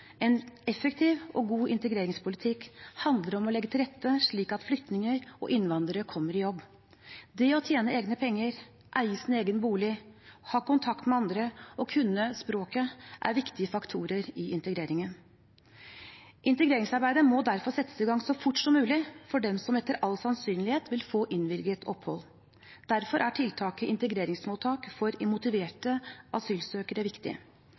En effektiv og god integreringspolitikk handler om å legge til rette, slik at flyktninger og innvandrere kommer i jobb. Det å tjene egne penger, eie sin egen bolig, ha kontakt med andre og kunne språket er viktige faktorer i integreringen. Integreringsarbeidet må derfor settes i gang så fort som mulig for dem som etter all sannsynlighet vil få innvilget opphold. Derfor er tiltaket integreringsmottak for motiverte asylsøkere viktig.